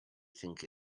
think